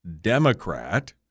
Democrat